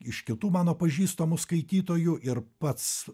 iš kitų mano pažįstamų skaitytojų ir pats